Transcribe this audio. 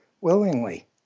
willingly